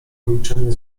milczenie